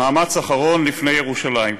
מאמץ אחרון לפני ירושלים.